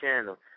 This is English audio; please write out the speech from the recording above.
channel